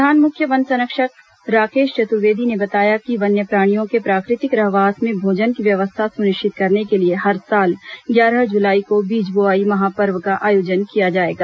प्रधान मुख्य वन संरक्षक राकेश चतुर्वेदी ने बताया कि वन्य प्राणियों के प्राकृतिक रहवास में भोजन की व्यवस्था सुनिश्चित करने के लिए हर साल ग्यारह जुलाई को बीज बोआई महापर्व का आयोजन किया जाएगा